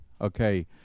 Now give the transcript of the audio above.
okay